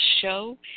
show